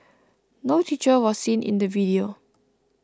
no teacher was seen in the video